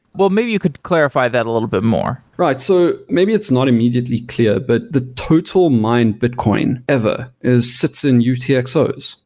well, maybe you could clarify that a little bit more right. so maybe it's not immediately clear, but the total mine bitcoin ever is sits in utxos.